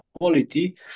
quality